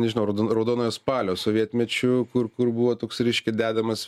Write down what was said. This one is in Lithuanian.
nežinau raudonojo spalio sovietmečiu kur kur buvo toks reiškia dedamas